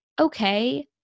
okay